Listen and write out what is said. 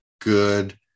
good